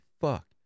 fuck